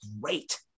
great